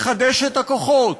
לחדש את הכוחות,